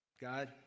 God